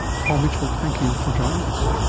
paul mitchell, thank you for joining us.